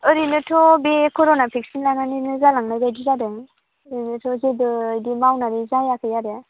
ओरैनोथ' बे corona vaccine लानानैनो जालांनाय बायदि जादों ओरैनोथ' जेबो बिदि नायनानै जायाखै आरो